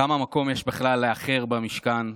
כמה מקום יש בכלל לאחר במשכן?